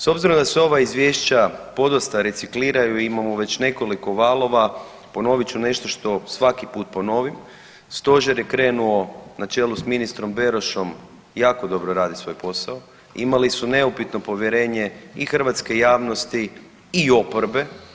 S obzirom da se ova izvješća podosta recikliraju, imamo već nekoliko valova, ponovit ću nešto što svaki put ponovim, Stožer je krenuo na čelu s ministrom Berošom jako dobro raditi svoj posao, imali su neupitno povjerenje i hrvatske javnosti i oporbe.